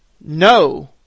No